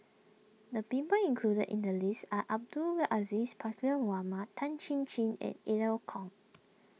the people included in the list are Abdul Aziz Pakkeer Mohamed Tan Chin Chin and Eu Kong